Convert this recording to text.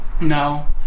No